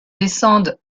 descende